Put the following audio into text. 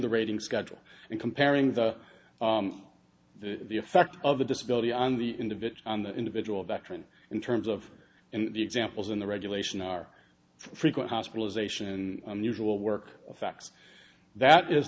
the rating schedule and comparing the the effect of the disability on the individual on the individual veteran in terms of the examples in the regulation are frequent hospitalization unusual work facts that is